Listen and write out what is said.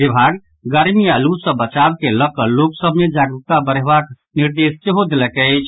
विभाग गर्मी आ लू सॅ बचाव के लऽकऽ लोक सभ मे जागरूकता बढ़ेबाक निर्देश सेहो देलक अछि